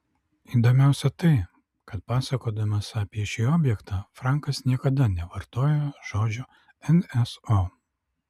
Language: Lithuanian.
įdomiausia tai kad pasakodamas apie šį objektą frankas niekada nevartojo žodžio nso